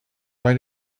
why